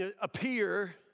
appear